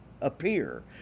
appear